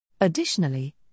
Additionally